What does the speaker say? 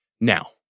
Now